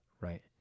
Right